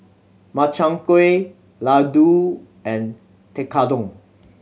Makchang Gui Ladoo and Tekkadon